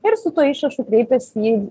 ir su tuo išrašu kreipiasi į